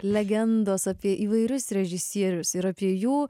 legendos apie įvairius režisierius ir apie jų